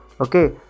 Okay